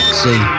see